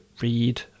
read